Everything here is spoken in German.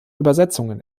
übersetzungen